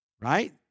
right